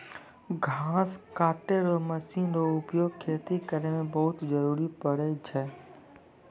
घास कटै रो मशीन रो उपयोग खेती करै मे बहुत जरुरी पड़ै छै